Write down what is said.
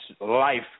life